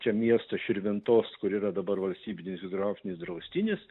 čia miesto širvintos kur yra dabar valstybinis hidrografinis draustinis